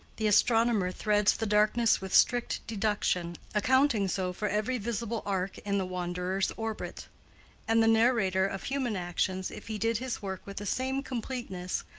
the astronomer threads the darkness with strict deduction, accounting so for every visible arc in the wanderer's orbit and the narrator of human actions, if he did his work with the same completeness,